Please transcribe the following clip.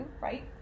right